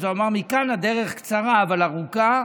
הוא אמר: מכאן הדרך קצרה אבל ארוכה,